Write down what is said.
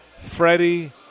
Freddie